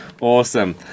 Awesome